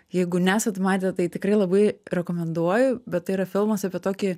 jeigu nesate matę tai tikrai labai rekomenduoju bet tai yra filmas apie tokį